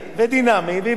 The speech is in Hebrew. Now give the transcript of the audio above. לא ישלם יותר כלום.